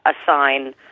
assign